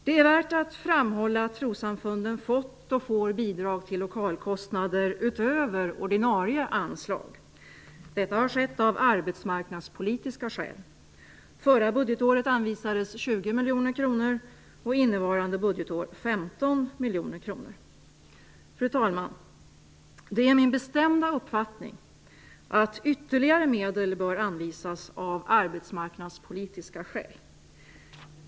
Det är värt att framhålla att trossamfunden fått och får bidrag till lokalkostnader utöver ordinarie anslag. Detta har skett av arbetsmarknadspolitiska skäl. Förra budgetåret anvisades 20 miljoner kronor, och innevarande budgetår 15 miljoner kronor. Fru talman! Det är min bestämda uppfattning att ytterligare medel bör anvisas av arbetsmarknadspolitiska skäl.